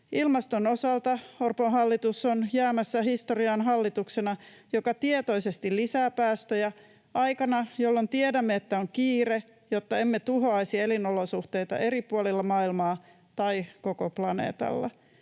Ilmaston osalta Orpon hallitus on jäämässä historiaan hallituksena, joka tietoisesti lisää päästöjä aikana, jolloin tiedämme, että on kiire, jotta emme tuhoaisi elinolosuhteita eri puolilla maailmaa tai koko planeetalla.